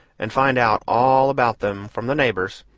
and find out all about them from the neighbors,